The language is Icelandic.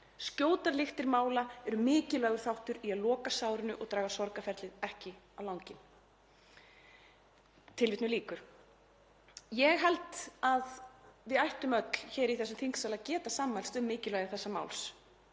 Skjótar lyktir mála er mikilvægur þáttur í að loka sárinu og draga sorgarferlið ekki á langinn.“ Ég held að við ættum öll hér í þessum þingsal að geta sammælst um mikilvægi þessa máls